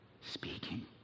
speaking